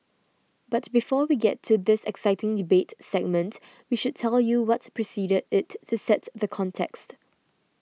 but before we get to this exciting debate segment we should tell you what preceded it to set the context